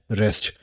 rest